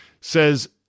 says